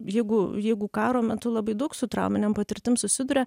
jeigu jeigu karo metu labai daug su trauminėm patirtim susiduria